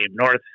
North